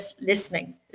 listening